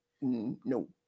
No